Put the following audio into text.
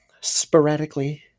sporadically